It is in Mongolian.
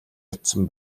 очсон